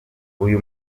uyu